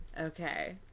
okay